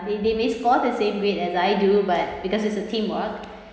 they they may score the same grade as I do but because it's a teamwork